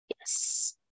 Yes